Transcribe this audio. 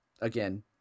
again